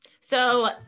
So-